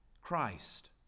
Christ